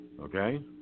Okay